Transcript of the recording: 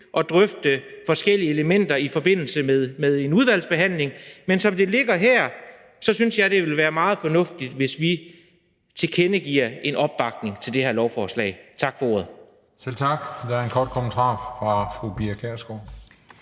at drøfte forskellige elementer i forbindelse med udvalgsbehandlingen. Men som det ligger her, synes jeg, det vil være meget fornuftigt, hvis vi tilkendegiver en opbakning til det her lovforslag. Tak for ordet. Kl. 10:36 Den fg. formand (Christian